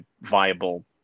viable